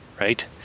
Right